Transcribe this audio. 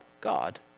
God